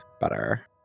Butter